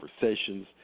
conversations